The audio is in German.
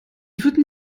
würden